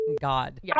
God